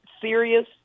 serious